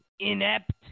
inept